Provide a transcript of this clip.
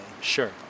Sure